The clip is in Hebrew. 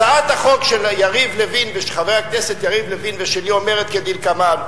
הצעת החוק של חבר הכנסת יריב לוין ושלי אומרת כדלקמן: